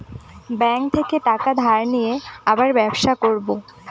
bank থেকে টাকা ধার নিয়ে আবার ব্যবসা করবো